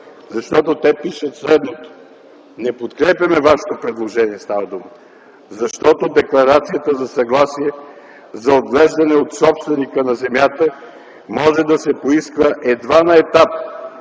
Защото те пишат следното: „Не подкрепяме Вашето предложение”. Декларацията за съгласие за отглеждане от собственика на земята може да се поиска едва на етап,